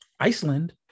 Iceland